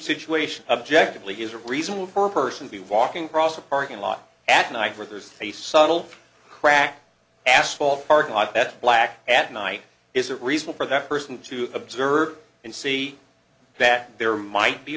situation objectively is a reasonable person be walking across a parking lot at night where there's a subtle crack asphalt parking lot that black at night is a reason for that person to observe and see that there might be